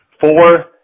four